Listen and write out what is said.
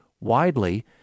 widely